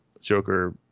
Joker